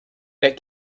that